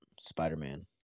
Spider-Man